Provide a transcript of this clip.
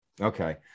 okay